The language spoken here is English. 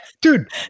dude